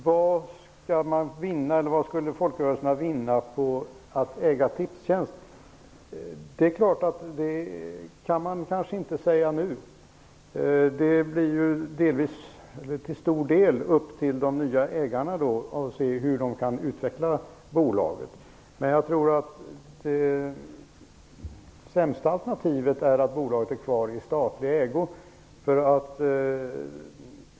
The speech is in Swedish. Herr talman! Vad skulle folkrörelserna vinna på att äga Tipstjänst? Den frågan kan man kanske inte svara på nu. Det blir till stor del upp till de nya ägarna att se hur de kan utveckla bolaget. Men jag tror att det sämsta alternativet är att bolaget blir kvar i statlig ägo.